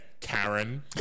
Karen